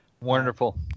wonderful